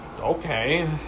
okay